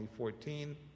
2014